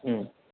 ம்